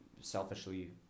selfishly